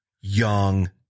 Young